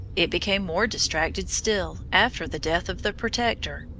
it became more distracted still after the death of the protector,